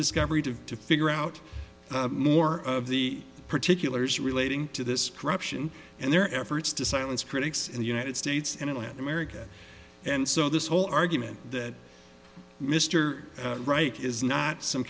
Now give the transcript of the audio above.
discovery to to figure out more of the particulars relating to this corruption and their efforts to silence critics in the united states and in latin america and so this whole argument that mr wright is not some